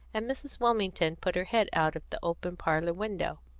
and mrs. wilmington put her head out of the open parlour window.